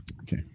Okay